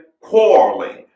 quarreling